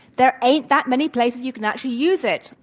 there ain't that many places you can actually use it.